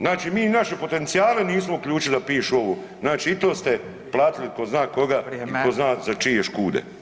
Znači mi naše potencijale nismo uključili da pišu ovo, znači i to ste platiti kod zna koga [[Upadica: Vrijeme.]] i tko zna za čije škude.